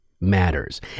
matters